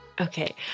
Okay